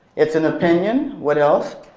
it's an opinion. what else?